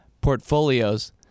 portfolios